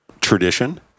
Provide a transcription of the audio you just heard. tradition